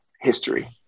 history